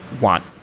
want